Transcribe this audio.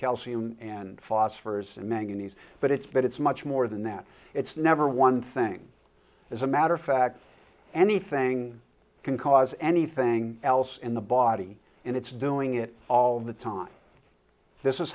calcium and phosphorus and manganese but it's but it's much more than that it's never one thing as a matter of fact anything can cause anything else in the body and it's doing it all the time this is